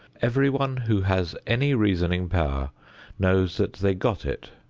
everyone who has any reasoning power knows that they got it,